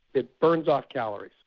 it burns off calories.